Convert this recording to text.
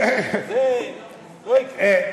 זה לא יקרה.